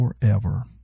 forever